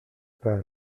pas